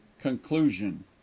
Conclusion